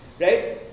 right